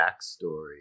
backstory